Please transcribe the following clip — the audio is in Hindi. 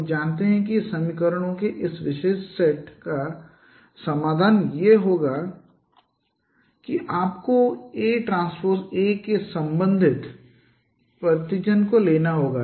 हम जानते हैं कि समीकरणों के इस विशेष सेट9set का समाधान यह होगा कि आपको ATA के संबंधित प्रतिजन को लेना होगा